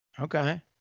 Okay